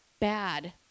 bad